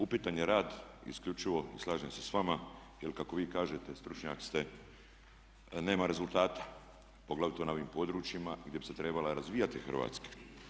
Upitan je rad isključivo i slažem se s vama, jer kako vi kažete stručnjak ste, nema rezultata poglavito na ovim područjima gdje bi se trebala razvijati Hrvatska.